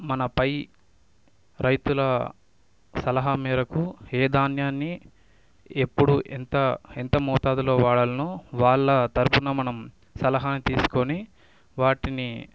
మన పై రైతుల సలహా మేరకు ఏ ధాన్యాన్ని ఎప్పుడు ఎంత ఎంత మోతాదులో వాడాలనో వాళ్ళ తరుపున మనం సలహాని తీసుకొని వాటిని